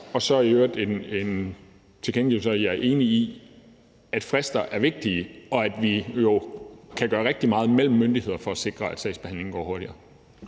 komme med en tilkendegivelse af, at jeg er enig i, at frister er vigtige, og at vi jo kan gøre rigtig meget mellem myndigheder for at sikre, at sagsbehandlingen går hurtigere.